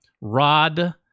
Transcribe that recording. Rod